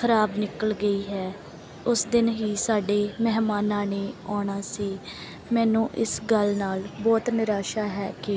ਖਰਾਬ ਨਿਕਲ ਗਈ ਹੈ ਉਸ ਦਿਨ ਹੀ ਸਾਡੇ ਮਹਿਮਾਨਾਂ ਨੇ ਆਉਣਾ ਸੀ ਮੈਨੂੰ ਇਸ ਗੱਲ ਨਾਲ ਬਹੁਤ ਨਿਰਾਸ਼ਾ ਹੈ ਕਿ